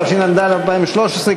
התשע"ד 2013,